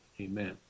Amen